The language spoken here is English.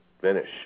Finish